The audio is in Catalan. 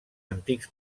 antics